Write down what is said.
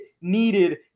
needed